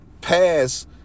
pass